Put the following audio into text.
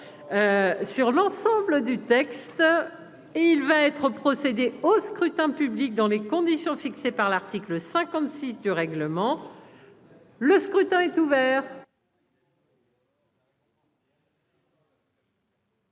Les Républicains. Il va être procédé au scrutin dans les conditions fixées par l'article 56 du règlement. Le scrutin est ouvert.